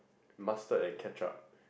mustard and ketchup